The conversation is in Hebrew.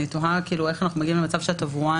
אני תוהה איך אנחנו מגיעים למצב שהתברואן